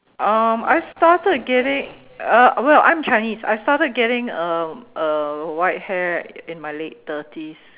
um I started getting uh well I'm Chinese I started getting uh uh white hair in my late thirties